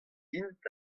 int